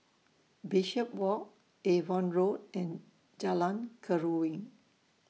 Bishopswalk Avon Road and Jalan Keruing